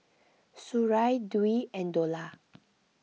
Suria Dwi and Dollah